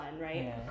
right